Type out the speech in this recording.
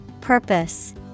Purpose